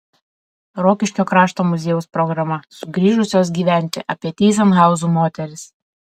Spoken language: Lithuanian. rokiškio krašto muziejaus programa sugrįžusios gyventi apie tyzenhauzų moteris